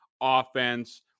offense